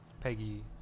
Peggy